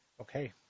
Okay